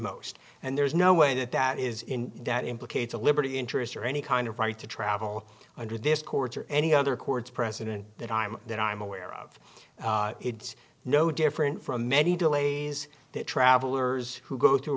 most and there is no way that that is in that implicates a liberty interest or any kind of right to travel under this court's or any other courts precedent that i'm that i'm aware of it's no different from many delays that travelers who go t